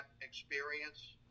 experience